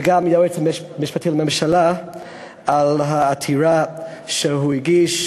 וגם את היועץ המשפטי לממשלה על העתירה שהוא הגיש,